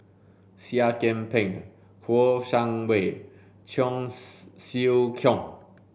Seah Kian Peng Kouo Shang Wei Cheong Siew Keong